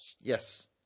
Yes